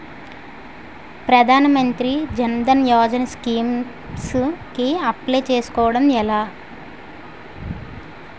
ప్రధాన మంత్రి జన్ ధన్ యోజన స్కీమ్స్ కి అప్లయ్ చేసుకోవడం ఎలా?